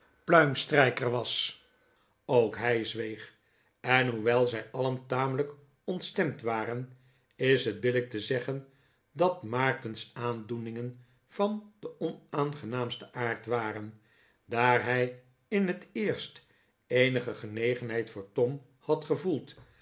pluimstrijker was ook hij zweep en hoewel zij alien tamelijk ontstemd waren is het billijk te zeggen dat maarten's aandoeningen van den onaangenaamsten aard waren daar hij in het eerst eenige genegenheid voor tom had gevoeld